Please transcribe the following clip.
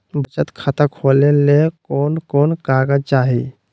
बचत खाता खोले ले कोन कोन कागज चाही?